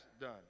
done